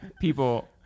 people